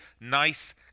nice